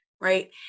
right